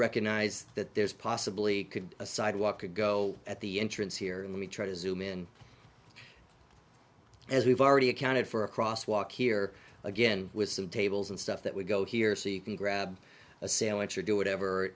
recognize that there's possibly could a sidewalk could go at the entrance here and we try to zoom in as we've already accounted for a cross walk here again with some tables and stuff that would go here so you can grab a sandwich or do whatever